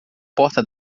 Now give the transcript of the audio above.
porta